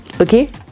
okay